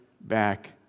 back